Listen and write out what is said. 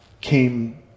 came